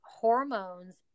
hormones